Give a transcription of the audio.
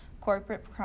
corporate